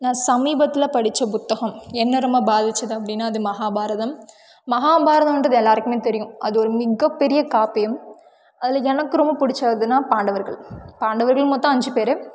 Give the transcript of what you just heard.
நான் சமீபத்துல படித்த புத்தகம் என்ன ரொம்ப பாதித்தது அப்படின்னா அது மகாபாரதம் மகாபாரதம் வந்துட்டு அது எல்லாருக்குமே தெரியும் அது ஒரு மிகப்பெரிய காப்பியம் அதில் எனக்கு ரொம்ப பிடிச்சதுனா பாண்டவர்கள் பாண்டவர்கள் மொத்தம் அஞ்சு பேர்